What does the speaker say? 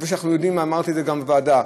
ואמרתי את זה בוועדה,